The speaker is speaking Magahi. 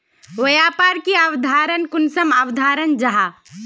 व्यापार की अवधारण कुंसम अवधारण जाहा?